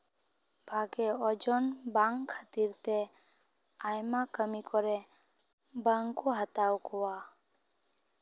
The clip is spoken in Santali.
ᱵᱷᱟᱜᱮ ᱚᱡᱚᱱ ᱵᱟᱝ ᱠᱷᱟᱹᱛᱤᱨ ᱛᱮ ᱟᱭᱢᱟ ᱠᱟᱹᱢᱤ ᱠᱚᱨᱮ ᱵᱟᱝ ᱠᱚ ᱦᱟᱛᱟᱣ ᱠᱚᱣᱟ